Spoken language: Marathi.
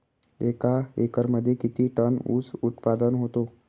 एका एकरमध्ये किती टन ऊस उत्पादन होतो?